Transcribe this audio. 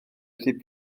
felly